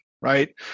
right